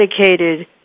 dedicated